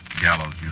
gallows